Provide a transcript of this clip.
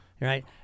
right